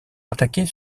attaqués